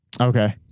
Okay